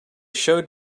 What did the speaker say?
showed